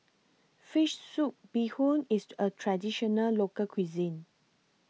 Fish Soup Bee Hoon IS A Traditional Local Cuisine